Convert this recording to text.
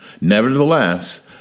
Nevertheless